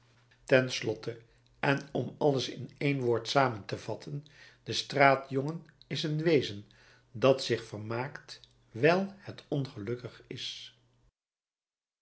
slotte en om alles in één woord samen te vatten de straatjongen is een wezen dat zich vermaakt wijl het ongelukkig is